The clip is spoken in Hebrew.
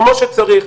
כמו שצריך,